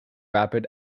rapid